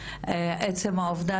עצם העובדה,